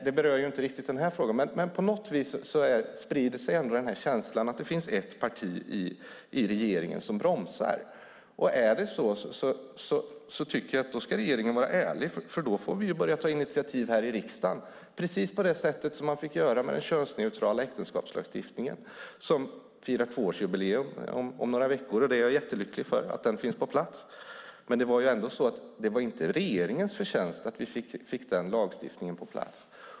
Det berör inte riktigt denna fråga, men på något sätt sprider sig känslan att det finns ett parti i regeringen som bromsar. Är det så ska regeringen vara ärlig. Då får vi börja ta initiativ i riksdagen - precis som man fick göra med den könsneutrala äktenskapslagstiftningen som firar tvåårsjubileum om några veckor. Jag är jättelycklig för att den finns, men det var inte regeringens förtjänst att vi fick denna lagstiftning på plats.